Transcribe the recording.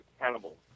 cannibals